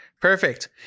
Perfect